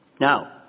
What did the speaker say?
Now